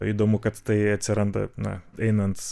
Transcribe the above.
įdomu kad tai atsiranda na einant